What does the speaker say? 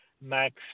Max